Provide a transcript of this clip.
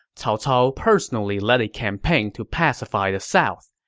cao cao personally led a campaign to pacify the south.